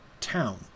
town